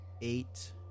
eight